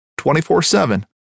24-7